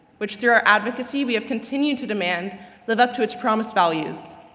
which through our advocacy we have continued to demand live up to its promised values.